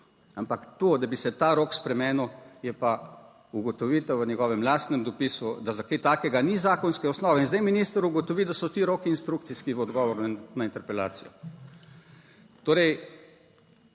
Ampak to, da bi se ta rok spremenil, je pa ugotovitev v njegovem lastnem dopisu, da za kaj takega ni zakonske osnove in zdaj minister ugotovi, da so ti roki inštrukcijski v odgovoru na interpelacijo.